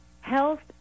health